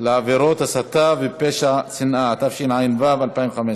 לעבירות הסתה ופשע שנאה), התשע"ו 2015,